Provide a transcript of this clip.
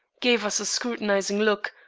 gave us a scrutinizing look,